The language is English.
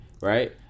Right